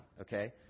okay